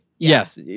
Yes